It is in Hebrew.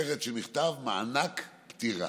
והכותרת של המכתב היא "מענק פטירה".